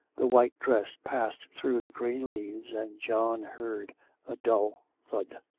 the white dress passed through the green leaves, and john heard a dull thud.